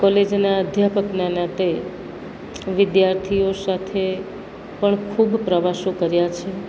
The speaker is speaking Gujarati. કોલેજના અધ્યાપકના નાતે વિદ્યાર્થીઓ સાથે પણ ખૂબ પ્રવાસો કર્યા છે